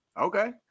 Okay